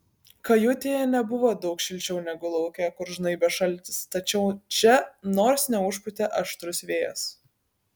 kajutėje nebuvo daug šilčiau negu lauke kur žnaibė šaltis tačiau čia nors neužpūtė aštrus vėjas